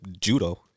judo